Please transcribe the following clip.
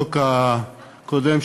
החוק הקודם,